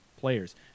players